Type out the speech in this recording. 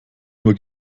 nur